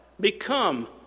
become